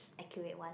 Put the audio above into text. accurate one